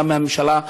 גם מהממשלה,